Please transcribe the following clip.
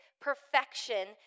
perfection